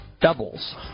doubles